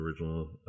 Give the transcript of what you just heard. original